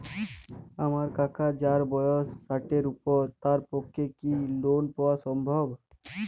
আমার কাকা যাঁর বয়স ষাটের উপর তাঁর পক্ষে কি লোন পাওয়া সম্ভব?